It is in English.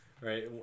right